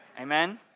Amen